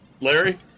Larry